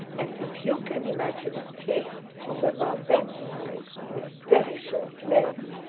and if you can imagine a pig of about that size with very short legs,